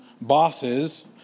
bosses